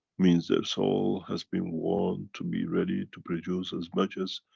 means, their soul has been warned to be ready to produce as much as,